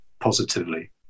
positively